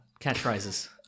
Catchphrases